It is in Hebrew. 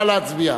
נא להצביע.